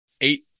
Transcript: eight